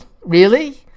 Really